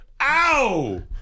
Ow